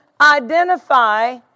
identify